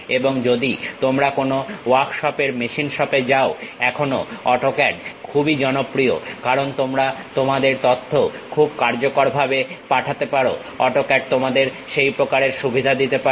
এবং যদি তোমরা কোন ওয়ার্কশপের মেশিন শপে যাও এখনো অটোক্যাড খুবই জনপ্রিয় কারণ তোমরা তোমাদের তথ্য খুবই কার্যকর ভাবে পাঠাতে পারো অটোক্যাড তোমাদের সেই প্রকারের সুবিধা দিতে পারে